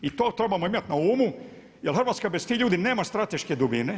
I to trebamo imati na umu, jer Hrvatska bez tih ljudi nema strateške dubine.